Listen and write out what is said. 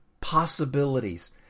possibilities